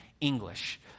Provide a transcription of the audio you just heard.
English